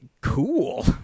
cool